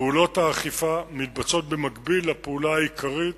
פעולות האכיפה מתבצעות במקביל לפעולה העיקרית,